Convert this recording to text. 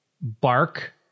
Bark